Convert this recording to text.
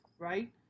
Right